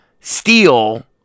steal